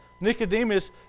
Nicodemus